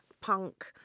punk